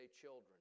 children